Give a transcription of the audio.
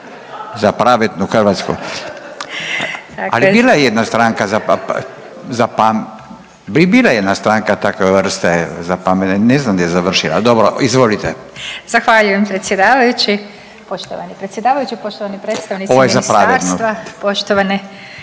Za pravednu Hrvatsku, ali bila je jedna stranka za, bila je jedna stranka takve vrste za pametnu, ne znam gdje je završila. Dobro, izvolite. **Vukovac, Ružica (Nezavisni)** Zahvaljujem predsjedavajući. Poštovani predsjedavajući, poštovani predstavnici ministarstva … …/Upadica